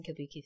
Kabuki